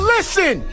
Listen